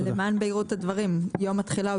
למען בהירות הדברים יום התחילה הוא